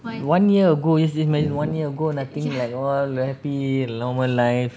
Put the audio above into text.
one year ago yes is one year ago nothing like all happy normal life